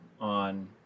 on